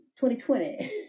2020